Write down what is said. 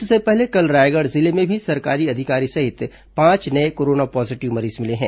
इससे पहले कल रायगढ़ जिले में भी सरकारी अधिकारी सहित पांच नये कोरोना पॉजीटिव मरीज मिले हैं